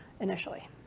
initially